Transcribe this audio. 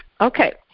Okay